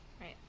right